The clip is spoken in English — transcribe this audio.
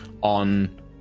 on